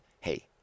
hey